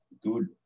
good